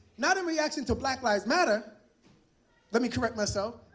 not in reaction to black lives matter let me correct myself.